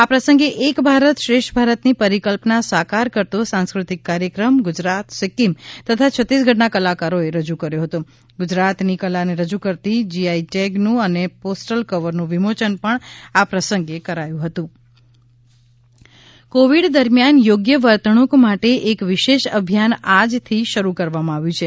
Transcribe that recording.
આ પ્રસંગે એક ભારત શ્રેષ્ઠ ભારતની પરિકલ્પના સાકાર કરતો સાંસ્ફતિક કાર્યક્રમ ગુજરાત સિક્કીમ તથા છત્તીસગઢના કલાકારોએ રજૂ કર્યો હતો ગુજરાતની કલાને રજૂ કરતી જીઆઇ ટેગ નું અને પોસ્ટલ કવરનું વિમોયન પણ આ પ્રસંગે કરાયું હતું કોવિડ અભિયાન કોવિડ દરમિયાન યોગ્ય વર્તણૂક માટે એક વિશેષ અભિયાન આજ થી શરૂ કરવામાં આવ્યું છે